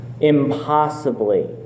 impossibly